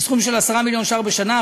בסך 10 מיליון ש"ח בשנה,